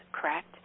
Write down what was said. correct